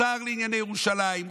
השר לענייני ירושלים,